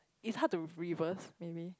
is hard to reverse maybe